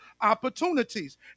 opportunities